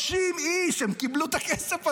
30 איש, הם קיבלו את הכסף הזה.